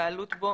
הבעלות בו,